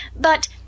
But—